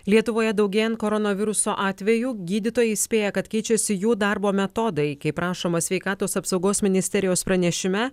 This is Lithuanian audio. lietuvoje daugėjant koronaviruso atvejų gydytojai įspėja kad keičiasi jų darbo metodai kaip rašoma sveikatos apsaugos ministerijos pranešime